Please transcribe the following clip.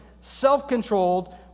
self-controlled